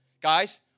Guys